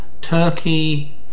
Turkey